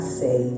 say